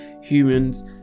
humans